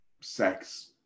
sex